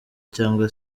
cyangwa